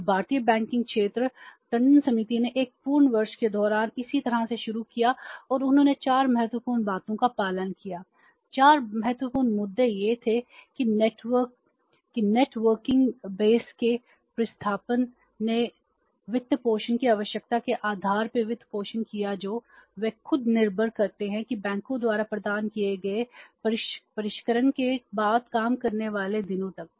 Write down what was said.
और भारतीय बैंकिंग क्षेत्र टंडन समिति ने 1 पूर्ण वर्ष के दौरान इसे अच्छी तरह से शुरू किया और उन्होंने चार महत्वपूर्ण बातों का पालन किया चार महत्वपूर्ण मुद्दे यह था कि नेटवर्किंग बेस के प्रतिस्थापन ने वित्तपोषण की आवश्यकता के आधार पर वित्तपोषण किया जो वे खुद निर्भर करते हैं कि बैंकों द्वारा प्रदान किए गए परिष्करण के बाद काम करने वाले दिनों तक